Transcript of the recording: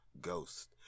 ghost